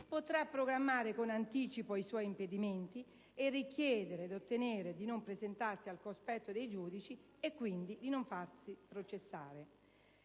potrà programmare con anticipo i suoi impedimenti e richiedere ed ottenere di non presentarsi al cospetto dei giudici e dunque di non farsi processare.